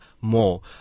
more